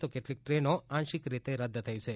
તો કેટલીક ટ્રેનો આંશિક રીતે રદ થઈ છે